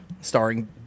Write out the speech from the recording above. starring